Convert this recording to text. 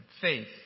faith